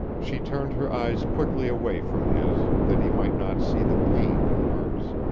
she turned her eyes quickly away from his, that he might not see the pain in hers.